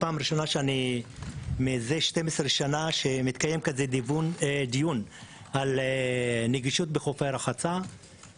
זאת פעם ראשונה מזה 12 שנה שמתקיים כזה דיון על נגישות בחופי הרחצה.